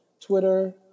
Twitter